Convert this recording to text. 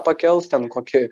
pakels ten kokį